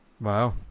Wow